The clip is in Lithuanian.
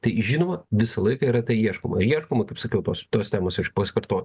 tai žinoma visą laiką yra tai ieškoma ieškoma kaip sakiau tos temos aš pasikarto